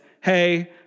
hey